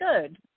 good